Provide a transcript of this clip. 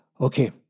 Okay